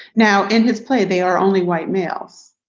now in his play, they are only white males.